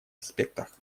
аспектах